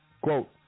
Quote